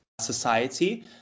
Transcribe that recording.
society